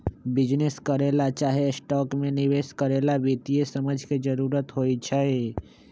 business करे ला चाहे स्टॉक में निवेश करे ला वित्तीय समझ के जरूरत होई छई